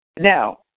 Now